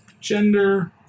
gender